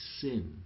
sin